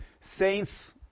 Saints